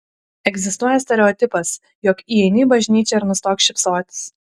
egzistuoja stereotipas jog įeini bažnyčią ir nustok šypsotis